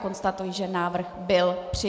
Konstatuji, že návrh byl přijat.